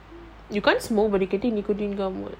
you can't smoke but you can take nicotine gum [what]